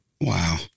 wow